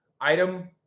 Item